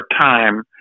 time